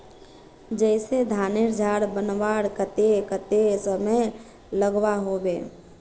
जैसे धानेर झार बनवार केते कतेक समय लागोहो होबे?